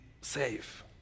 safe